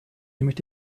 nämlich